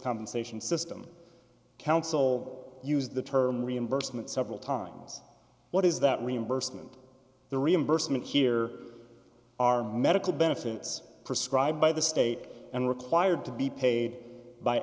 compensation system council use the term reimbursement several times what is that reimbursement the reimbursement here are medical benefits prescribed by the state and required to be paid by